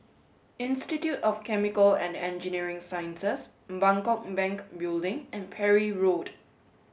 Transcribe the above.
Institute of Chemical and Engineering Sciences Bangkok Bank Building and Parry Road